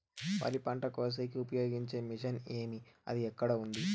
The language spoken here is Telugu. వరి పంట కోసేకి ఉపయోగించే మిషన్ ఏమి అది ఎక్కడ ఉంది?